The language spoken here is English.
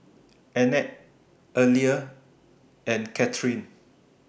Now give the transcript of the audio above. Annette Aleah and Catherine